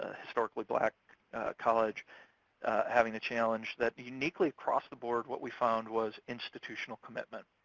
ah historically black college having a challenge, that uniquely across the board what we found was institutional commitment.